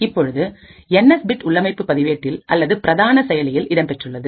இப்பொழுது N S bit உள்ளமைப்பு பதிவேட்டில்அல்லது பிரதான செயலில் இடம்பெற்றுள்ளது